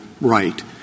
right